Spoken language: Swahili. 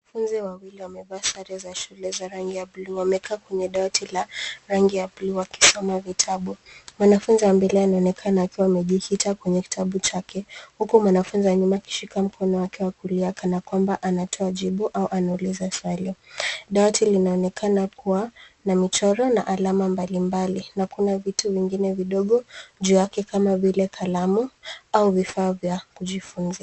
Wanafunzi wawili wamevaa sare za shule za rangi ya bluu. Wamekaa kwenye dawati la rangi ya bluu wa kisoma vitabu. Wanafunzi wa mbele wanaonekana akiwa amejikita kwenye kitabu chake, huku mwanafunzi wa nyuma akishika mkono wake wa kulia kana kwamba anatoa jibu au anauliza swali. Dawati linaonekana kuwa na michoro na alama mbalimbali na kuna vitu vingine vidogo, juu yake kama vile kalamu au vifaa vya kujifunzia.